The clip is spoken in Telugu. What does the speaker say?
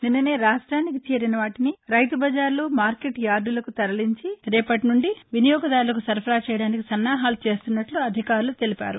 నిస్ననే రాష్ట్వినికి చేరిన వాటిని రైతుబజార్లు మార్కెట్ యార్డులకు తరలించి రేపటినుండి వినియోగ దారులకు సరఫరా చేయడానికి సన్నాహాలు చేస్తున్నట్లు అధికారులు తెలిపారు